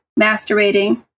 masturbating